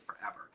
forever